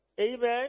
Amen